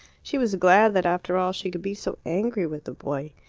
she was glad that after all she could be so angry with the boy.